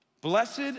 Blessed